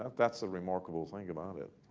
ah that's the remarkable thing about it.